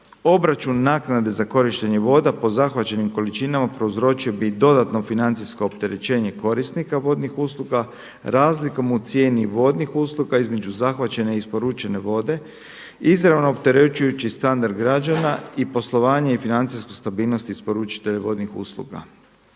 Obračun naknade za korištenje voda po zahvaćenim količinama prouzročio bi dodatno financijsko opterećenje korisnika vodnih usluga razlikom u cijeni vodnih usluga između zahvaćene i isporučene vode izravno opterećujući standard građana i poslovanje i financijsku stabilnost isporučitelja vodnih usluga.